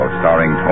starring